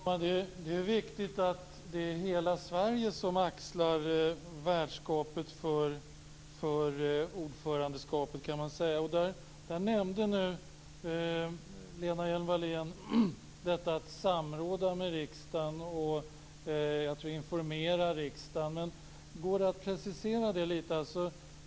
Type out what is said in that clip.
Fru talman! Det viktigt att hela Sverige axlar värdskapet för ordförandeskapet. Lena Hjelm-Wallén nämnde detta med att samråda med och informera riksdagen. Men går det att precisera detta lite grann.